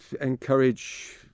encourage